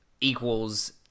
equals